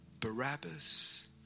Barabbas